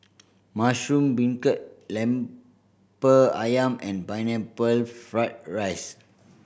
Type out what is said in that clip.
mushroom beancurd Lemper Ayam and Pineapple Fried rice